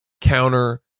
counter